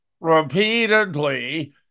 repeatedly